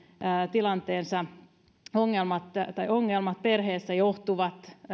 tilanteensa tai ongelmat perheessä johtuvat